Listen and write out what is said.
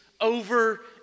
over